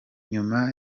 nyuma